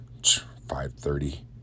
5.30